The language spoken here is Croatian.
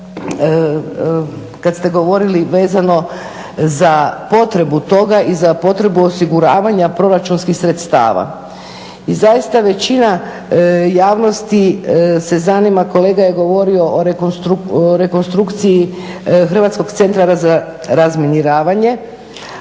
Kad ste govorili vezano za potrebu toga i za potrebu osiguravanja proračunskih sredstava i zaista većina javnosti se zanima, kolega je govorio o rekonstrukciji hrvatskog centra za razminiravanje